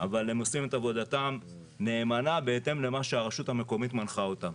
אבל הם עושים את עבודתם נאמנה בהתאם למה שהרשות המקומית מנחה אותם.